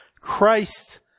Christ